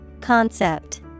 concept